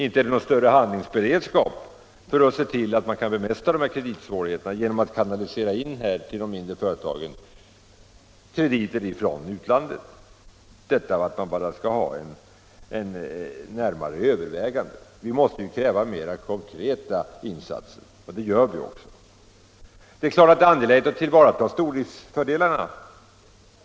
Inte är det någon större handlingsberedskap för att bemästra kreditsvårigheterna genom att kanalisera in krediter från utlandet till de mindre företagen. Vi måste kräva mera konkreta insatser, inte bara överväganden. Och det kräver vi också. Det är givetvis angeläget att tillvarata stordriftens fördelar.